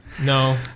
No